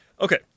Okay